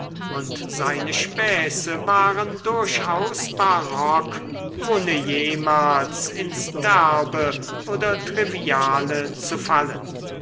und seine späße waren durchaus barock ohne jemals ins derbe oder triviale zu fallen